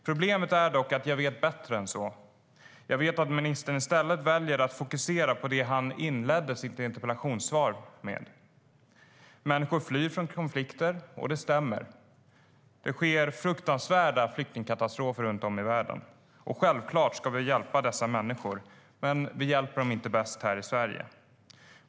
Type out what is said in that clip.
Problemet är dock att jag vet bättre än så. Jag vet att ministern i stället väljer att fokusera på det som han inledde sitt interpellationssvar med. Det stämmer att människor flyr från konflikter. Det sker fruktansvärda flyktingkatastrofer runt om i världen, och självklart ska vi hjälpa dessa människor. Men vi hjälper dem inte bäst här i Sverige.